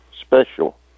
special